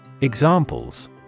Examples